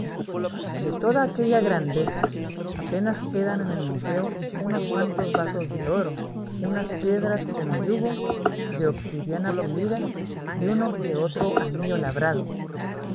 de toda aquella grandeza apenas quedan en el museo unos cuantos vasos de oro unas piedras como yugo de obsidiana pulida y uno que otro anillo labrado